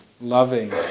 loving